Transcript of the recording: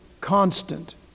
constant